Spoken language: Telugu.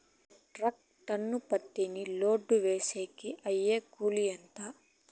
ఒక మెట్రిక్ టన్ను పత్తిని లోడు వేసేకి అయ్యే కూలి ఎంత?